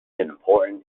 important